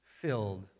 filled